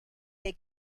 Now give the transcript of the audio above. they